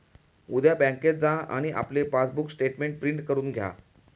उद्या बँकेत जा आणि आपले पासबुक स्टेटमेंट प्रिंट करून घ्या